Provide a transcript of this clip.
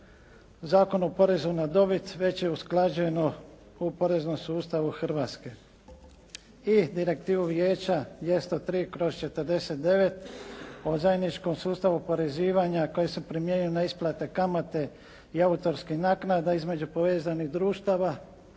Zakonu o porezu na dobit već je usklađeno u poreznom sustavu Hrvatske. I Direktivu Vijeća 203/49 o zajedničkom sustavu oporezivanja koji se primjenjuje na isplate kamate i autorskih naknada između povezanih društava